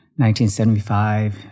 1975